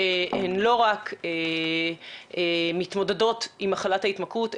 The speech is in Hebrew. שיש טיפול ייעודי שמאפיין את הטיפול בנשים,